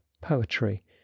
poetry